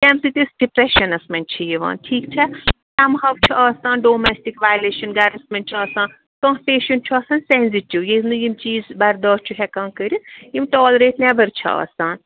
ییٚمہِ سۭتۍ أسۍ ڈِپریشَنَس منٛز چھِ یِوان ٹھیٖک چھا سَم ہَو چھِ آسان ڈومیسٹِک وایلیشَن گَرَس منٛز چھُ آسان کانٛہہ پیشنٛٹ چھُ آسان سینزِٹِو ییٚلہِ نہٕ یِم چیٖز برداش چھُ ہٮ۪کان کٔرِتھ یِم ٹالریٹ نٮ۪بَر چھِ آسان